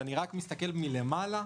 אני רק מסתכל מלמעלה,